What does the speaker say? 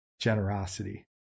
generosity